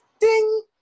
Ding